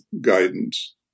guidance